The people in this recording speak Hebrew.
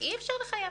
אי אפשר לחייב.